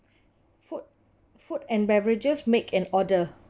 food food and beverages make an order